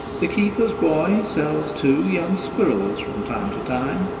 the keeper's boy sells, too, young squirrels from time to time,